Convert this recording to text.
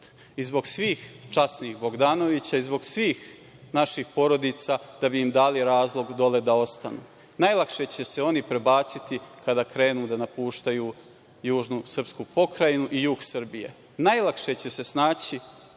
i zbog svih časnih Bogdanovića i zbog svih naših porodica, da bi im dali razlog dole da ostanu. Najlakše će se oni prebaciti kada krenu da napuštaju južnu srpsku pokrajinu i jug Srbije, najlakše će se snaći